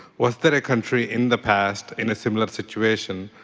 was there a country in the past in a similar situation,